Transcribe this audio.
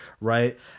right